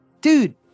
Dude